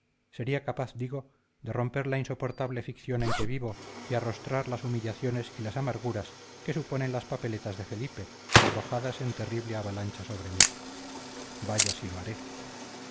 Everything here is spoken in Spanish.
sería capaz digo de romper la insoportable ficción en que vivo y arrostrar las humillaciones y las amarguras que suponen las papeletas de felipe arrojadas en terrible avalancha sobre mí vaya si lo haré